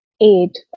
eight